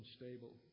unstable